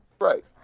Right